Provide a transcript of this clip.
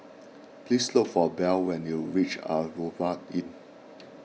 please look for Belle when you reach Asphodel Inn